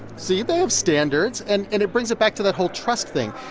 see, they have standards. and and it brings it back to that whole trust thing.